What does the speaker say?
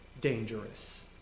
dangerous